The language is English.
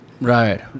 Right